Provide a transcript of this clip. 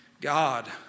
God